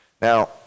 Now